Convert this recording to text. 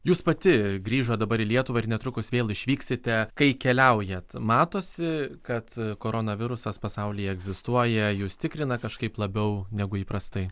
jūs pati grįžot dabar į lietuvą ir netrukus vėl išvyksite kai keliaujat matosi kad koronavirusas pasaulyje egzistuoja jus tikrina kažkaip labiau negu įprastai